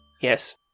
yes